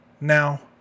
now